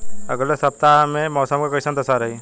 अलगे सपतआह में मौसम के कइसन दशा रही?